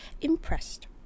impressed